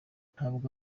ntabwo